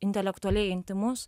intelektualiai intymus